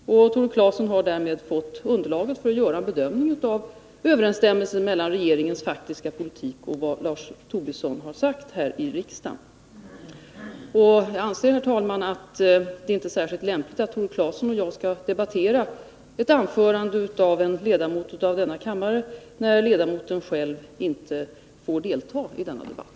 Tore Claeson har därmed fått underlag för att göra en bedömning av överensstämmelsen mellan regeringens faktiska politik och det som Lars Tobisson har sagt här i riksdagen. Jag anser, herr talman, att det inte är särskilt lämpligt att Tore Claeson och jag debatterar vad som sagts i ett anförande av en ledamot av denna kammare, när ledamoten själv inte får delta i denna debatt.